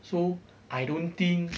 so I don't think